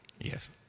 Yes